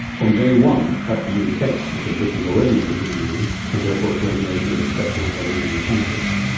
on day one that will be the case because britain is already in the eu and therefore its regulation is acceptable to other eu countries.